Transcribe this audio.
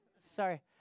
Sorry